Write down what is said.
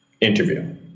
interview